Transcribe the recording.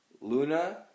Luna